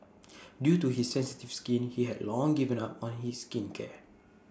due to his sensitive skin he had long given up on his skincare